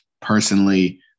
Personally